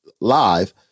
live